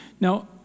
Now